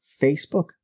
Facebook